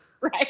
Right